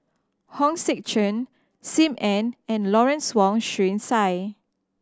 Hong Sek Chern Sim Ann and Lawrence Wong Shyun Tsai